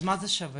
אז מה זה שווה?